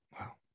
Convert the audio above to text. wow